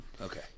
Okay